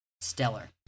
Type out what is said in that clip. stellar